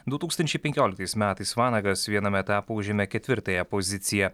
du tūkstančiai penkioliktais metais vanagas viename etapų užėmė ketvirtąją poziciją